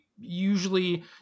usually